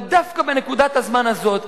אבל דווקא בנקודת הזמן הזאת,